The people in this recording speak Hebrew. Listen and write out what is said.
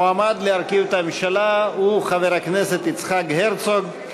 המועמד להרכיב את הממשלה הוא חבר הכנסת יצחק הרצוג.